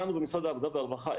בעניין משרד העבודה והרווחה,